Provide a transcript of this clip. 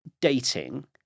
dating